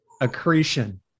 accretion